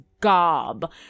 gob